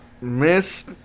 Miss